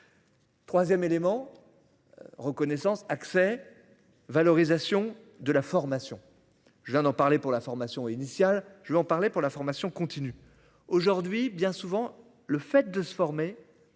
3ème élément. Reconnaissance accès. Valorisation de la formation, je viens d'en parler pour la formation initiale. Je vais en parler pour la formation continue aujourd'hui bien souvent le fait de se former.